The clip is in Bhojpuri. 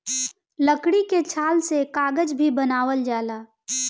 लकड़ी के छाल से कागज भी बनावल जाला